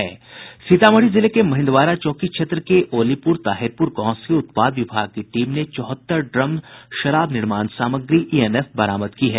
सीतामढ़ी जिले के महिन्दवारा चौकी क्षेत्र के ओलीपुर ताहिरपुर गांव से उत्पाद विभाग की टीम ने चौहत्तर ड्रम शराब निर्माण सामग्री ईएनएफ बरामद की है